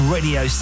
Radio